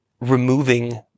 removing